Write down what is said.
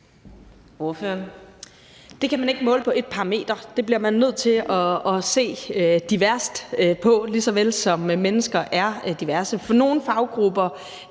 Det kan man ikke måle på ét parameter. Det bliver man nødt til at se forskelligt på, ligesom mennesker er forskellige. For nogle faggrupper